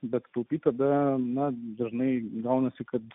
degtukai tada gana dažnai gaunasi kad